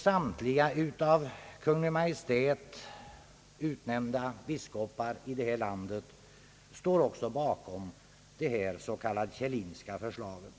Samtliga av Kungl. Maj:t utnämnda biskopar här i landet står också bakom det s.k. Kjellinska förslaget.